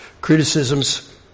criticisms